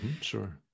Sure